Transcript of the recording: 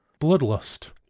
bloodlust